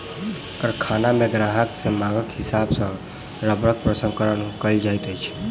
कारखाना मे ग्राहक के मांगक हिसाब सॅ रबड़क प्रसंस्करण कयल जाइत अछि